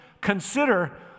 consider